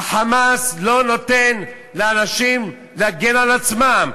ה"חמאס" לא נותן לאנשים להגן על עצמם,